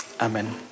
Amen